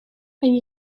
ben